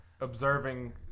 observing